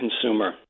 consumer